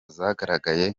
zagaragaye